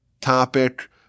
topic